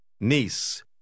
Niece